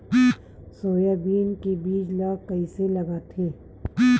Soybean के बीज ल कइसे लगाथे?